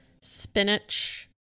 spinach